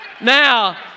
Now